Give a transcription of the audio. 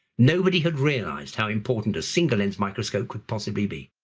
nobody had realized how important a single lens microscope could possibly be.